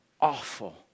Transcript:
awful